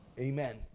Amen